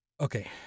Okay